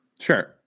Sure